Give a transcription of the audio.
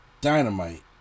Dynamite